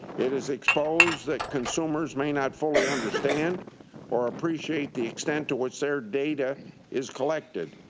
it is exposed that consumers may not fully understand or appreciate the extent to which their data is collected,